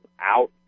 out